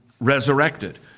resurrected